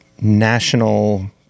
national